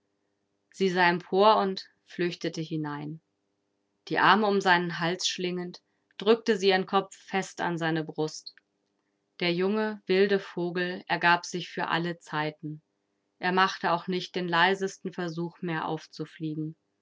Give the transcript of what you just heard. sie sah empor und flüchtete hinein die arme um seinen hals schlingend drückte sie ihren kopf fest an seine brust der junge wilde vogel ergab sich für alle zeiten er machte auch nicht den leisesten versuch mehr aufzufliegen